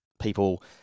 people